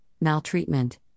maltreatment